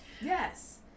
yes